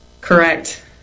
Correct